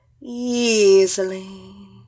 Easily